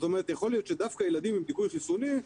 יכול להיות שדווקא ילדים עם דיכוי חיסוני,